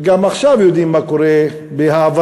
וגם עכשיו יודעים מה קורה בהעברה,